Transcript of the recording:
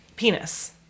penis